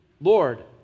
Lord